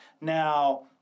Now